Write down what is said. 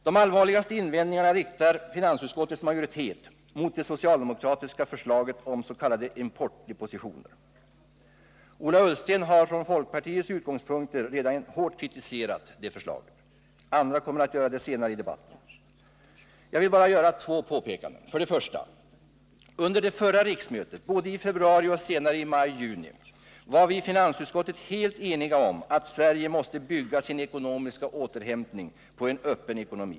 De allvarligaste invändningarna riktar finansutskottets majoritet mot det socialdemokratiska förslaget om s.k. importdepositioner. Ola Ullsten har från folkpartiets utgångspunkter redan hårt kritiserat det förslaget. Andra kommer att göra det senare i debatten. Jag vill bara göra två påpekanden: 1. Under det förra riksmötet — både i februari och senare i maj-juni — var vi i finansutskottet helt eniga om att Sverige måste bygga sin ekonomiska återhämtning på en öppen ekonomi.